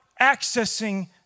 accessing